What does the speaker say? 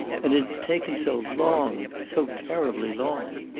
and it had taken so long so terribly long!